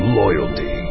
loyalty